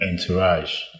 entourage